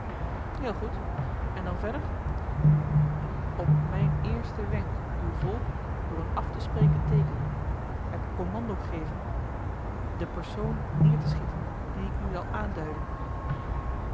heel goed en dan verder op mijn eersten wenk uw volk door een af te spreken teeken het commando geven den persoon neêr te schieten dien ik u zal aanduiden